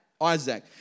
Isaac